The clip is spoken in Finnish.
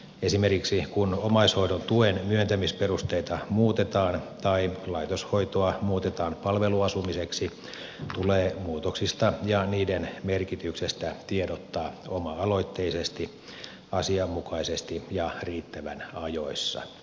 esimerkiksi kun omaishoidon tuen myöntämisperusteita muutetaan tai laitoshoitoa muutetaan palveluasumiseksi tulee muutoksista ja niiden merkityksestä tiedottaa oma aloitteisesti asianmukaisesti ja riittävän ajoissa